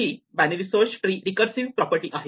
ही binary search tree ची recursive property आहे